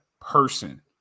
person